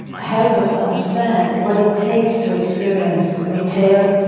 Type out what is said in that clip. help us understand what it takes to experience repair,